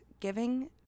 giving